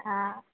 હા